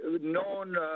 known